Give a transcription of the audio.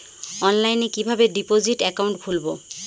অনলাইনে কিভাবে deposit account খুলবো?